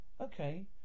Okay